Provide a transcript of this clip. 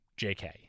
jk